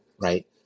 Right